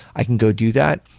i can go do that.